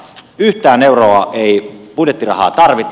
yhtään euroa ei budjettirahaa tarvita